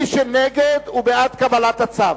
מי שנגד הוא בעד קבלת הצו.